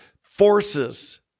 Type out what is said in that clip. forces